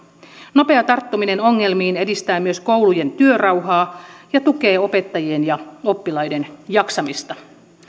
nopea tarttuminen ongelmiin edistää myös koulujen työrauhaa ja tukee opettajien ja oppilaiden jaksamista